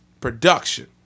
production